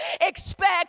expect